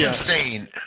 insane